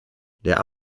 der